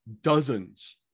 dozens